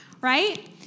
right